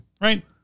Right